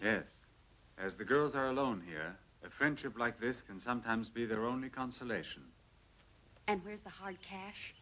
yes as the girls are alone here a friendship like this can sometimes be their only consolation